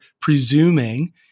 presuming